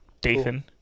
Dathan